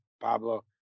Pablo